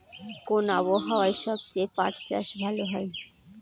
কোন আবহাওয়ায় সবচেয়ে পাট চাষ ভালো হয়?